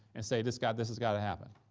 and say, this got this has got to happen,